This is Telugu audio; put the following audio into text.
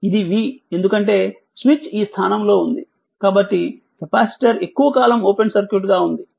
ఇది v ఎందుకంటే స్విచ్ ఈ స్థానంలో ఉంది కాబట్టి కెపాసిటర్ ఎక్కువ కాలం ఓపెన్ సర్క్యూట్ గా ఉంది